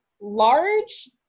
large